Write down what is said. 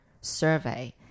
Survey